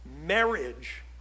marriage